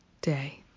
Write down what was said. day